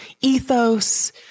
ethos